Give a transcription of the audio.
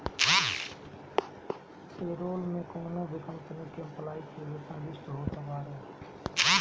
payroll में कवनो भी कंपनी के एम्प्लाई के वेतन लिस्ट होत बावे